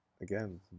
Again